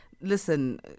listen